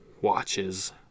watches